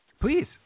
Please